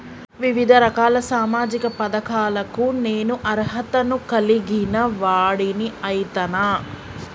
వివిధ రకాల సామాజిక పథకాలకు నేను అర్హత ను కలిగిన వాడిని అయితనా?